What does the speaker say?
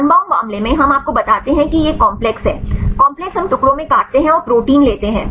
unbound मामले में हम आपको बताते हैं कि यह एक काम्प्लेक्स है काम्प्लेक्स हम टुकड़ों में काटते हैं और प्रोटीन लेते हैं